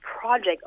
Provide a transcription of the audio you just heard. project